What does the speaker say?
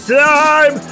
time